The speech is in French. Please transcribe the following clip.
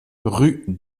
rue